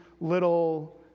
little